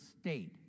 state